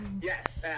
Yes